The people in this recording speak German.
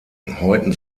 häuten